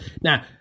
Now